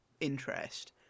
interest